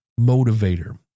motivator